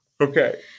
okay